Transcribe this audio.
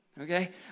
okay